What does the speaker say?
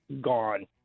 gone